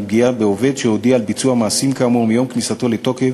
פגיעה בעובד שהודיע על ביצוע מעשים כאמור מיום כניסתו לתוקף